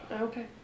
Okay